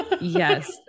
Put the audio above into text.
Yes